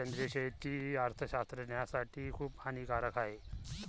सेंद्रिय शेती अर्थशास्त्रज्ञासाठी खूप हानिकारक आहे